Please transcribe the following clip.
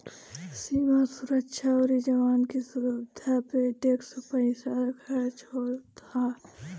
सीमा सुरक्षा अउरी जवान की सुविधा पे टेक्स के पईसा खरच होत हवे